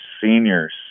seniors